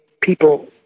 people